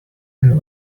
and